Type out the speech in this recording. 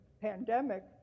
pandemic